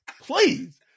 Please